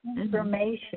information